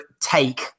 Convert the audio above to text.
take